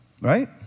Right